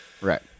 Right